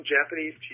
Japanese